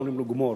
אומרים לו גמור,